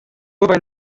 havein